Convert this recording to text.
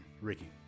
Ricky